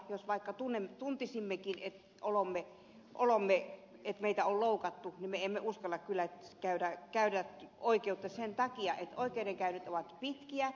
jos vaikka tuntisimmekin että meitä on loukattu me emme uskalla kyllä käydä oikeutta sen takia että oikeudenkäynnit ovat pitkiä